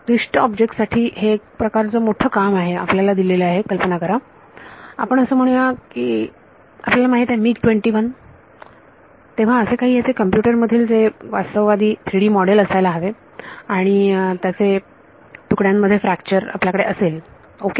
क्लिष्ट ऑब्जेक्ट साठी हे एक प्रकारचे मोठे काम आहे आपल्याला दिलेले आहे कल्पना करा आपण असे म्हणू या आपल्याला माहित आहे MiG 21 तेव्हा असे काही ह्याचे कॉम्प्युटर मधील जे वास्तववादी 3D मॉडेल असायला हवे आणि आणि त्याचे तुकड्यांमध्ये फॅक्चर आपल्याकडे असेल ओके